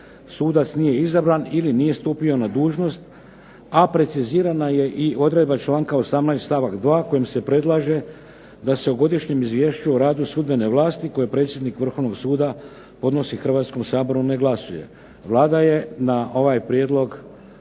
sudac nije izabran ili nije stupio na dužnost, a precizirana je i odredba članka 18. stavak 2. kojim se predlaže da se u Godišnjem izvješću o radu sudbene vlasti, koju predsjednik Vrhovnog suda podnosi Hrvatskom saboru ne glasuje. Vlada je na ovaj prijedlog